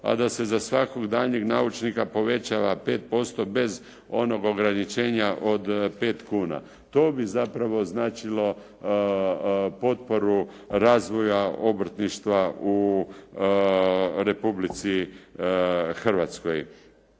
a da se za svakog daljnjeg naučnika povećava 5% bez onog ograničenja od 5 kuna. To bi zapravo značilo potporu razvoja obrtništva u Republici Hrvatskoj.